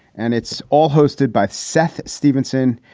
and it's all hosted by seth stevenson.